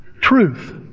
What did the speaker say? Truth